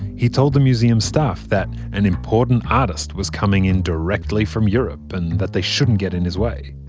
he told the museum staff that an important artist was coming in directly from europe, and that they shouldn't get in his way.